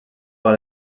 par